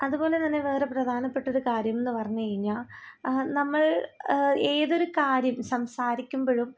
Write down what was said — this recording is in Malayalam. അതു പോലെ തന്നെ വേറെ പ്രധാനപ്പെട്ടൊരു കാര്യമെന്നു പറഞ്ഞു കഴിഞ്ഞാൽ നമ്മൾ ഏതൊരു കാര്യം സംസാരിക്കുമ്പോഴും